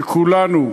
שכולנו,